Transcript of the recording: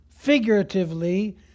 figuratively